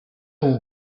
pół